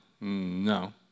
No